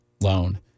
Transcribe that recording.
loan